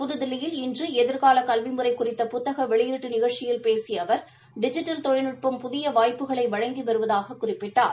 புதுதில்லியில் இன்று எதிர்கால கல்விமுறை குறித்த புத்தகம் வெளியீட்டு நிகழ்ச்சியில் பேசிய அவர் டிஜிட்டல் தொழில்நுட்பம் புதிய வாய்ப்புகளை வழங்கி வருவதாகக் குறிப்பிட்டார்